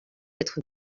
être